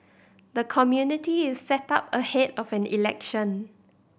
the community is set up ahead of an election